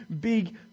big